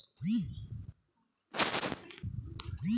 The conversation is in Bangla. ব্যাকটেরিয়া ও ভাইরাসের সাহায্যে শত্রু পোকাকে কি ধ্বংস করা যায়?